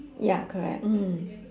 ya correct mm